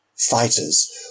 fighters